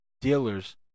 dealers